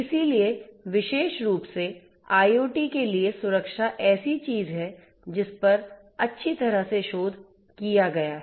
इसलिए विशेष रूप से IoT के लिए सुरक्षा ऐसी चीज है जिस पर अच्छी तरह से शोध किया गया है